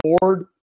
board